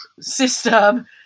system